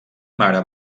mare